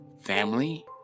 family